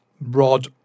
rod